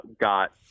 got